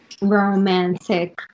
romantic